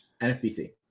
NFPC